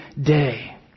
day